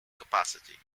capacity